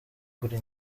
kuri